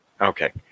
Okay